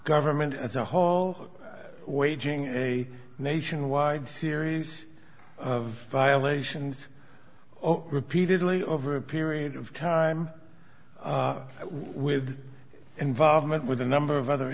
government as a whole waging a nationwide series of violations oh repeatedly over a period of time with involvement with a number of other